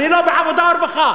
אני לא בעבודה ורווחה,